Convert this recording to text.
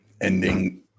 ending